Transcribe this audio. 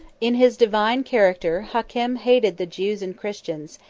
in his divine character, hakem hated the jews and christians,